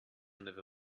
never